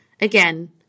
Again